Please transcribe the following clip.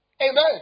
Amen